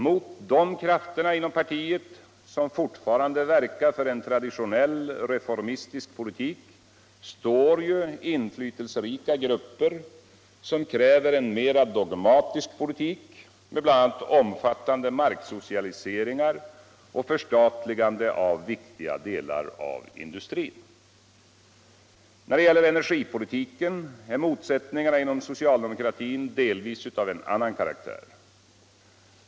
Mot de krafter inom partiet som fortfarande verkar för en traditionell reformistisk politik står ju inflytelserika grupper som kräver en mera dogmatisk politik med bl.a. omfattande marksocialiseringar och förstatligande av viktiga delar av industrin. När det gäller energipolitiken är motsättningarna inom socialdemokratin delvis av en annan karaktär.